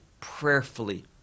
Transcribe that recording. prayerfully